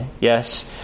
Yes